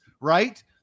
right